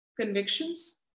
convictions